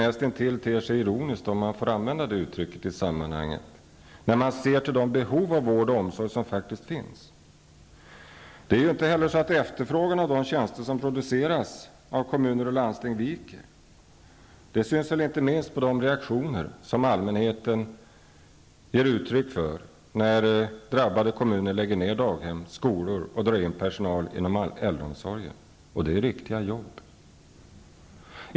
Detta ter sig närmast ironiskt, om nu det uttrycket får användas i det här sammanhanget, sett till de behov av vård och omsorg som faktiskt finns. Vidare är det inte så, att efterfrågan på de tjänster som produceras av kommuner och landsting viker. Det framgår inte minst av allmänhetens reaktion när drabbade kommuner lägger ner daghem och skolor och drar in personal inom äldreomsorgen -- och då handlar det om riktiga jobb.